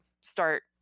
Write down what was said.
start